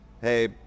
Hey